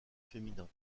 féminins